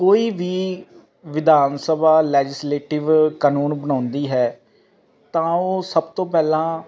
ਕੋਈ ਵੀ ਵਿਧਾਨ ਸਭਾ ਲੈਜਿਸਲੇਟਿਵ ਕਾਨੂੰਨ ਬਣਾਉਂਦੀ ਹੈ ਤਾਂ ਉਹ ਸਭ ਤੋਂ ਪਹਿਲਾਂ